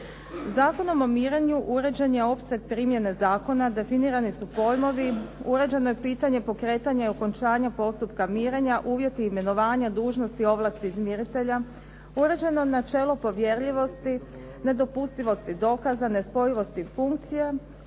Zakonom o mirenju uređen je opseg primjene zakona, definirani su pojmovi, uređeno je pitanje pokretanja i okončanja postupka mirenja, uvjeti i imenovanja, dužnosti i ovlasti izmiritelja, uređeno je načelo povjerljivosti, nedopustivosti dokaza, nespojivosti funkcije.